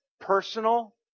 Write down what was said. personal